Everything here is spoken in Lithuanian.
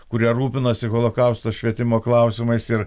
kurie rūpinosi holokausto švietimo klausimais ir